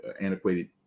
antiquated